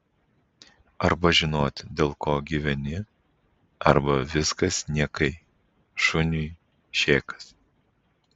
arba žinoti dėl ko gyveni arba viskas niekai šuniui šėkas